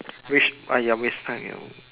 wish ya waste time you know